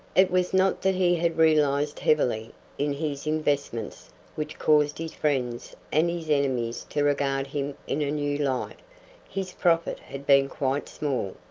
it was not that he had realized heavily in his investments which caused his friends and his enemies to regard him in a new light his profit had been quite small,